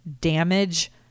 damage